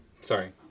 sorry